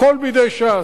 הכול בידי ש"ס,